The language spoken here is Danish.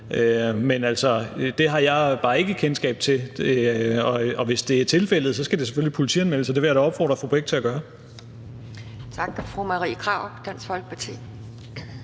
det har jeg bare ikke kendskab til. Og hvis det er tilfældet, skal det selvfølgelig politianmeldes, og det vil jeg da opfordre fru Lise Bech til at gøre. Kl. 12:38 Anden næstformand